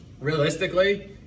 Realistically